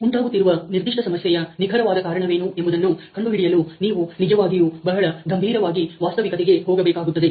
ಉಂಟಾಗುತ್ತಿರುವ ನಿರ್ದಿಷ್ಟ ಸಮಸ್ಯೆಯ ನಿಖರವಾದ ಕಾರಣವೇನು ಎಂಬುದನ್ನು ಕಂಡುಹಿಡಿಯಲು ನೀವು ನಿಜವಾಗಿಯೂ ಬಹಳ ಗಂಭೀರವಾಗಿ ವಾಸ್ತವಿಕತೆಗೆ ಹೋಗಬೇಕಾಗುತ್ತದೆ